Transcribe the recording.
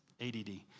ADD